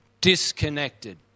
disconnected